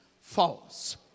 false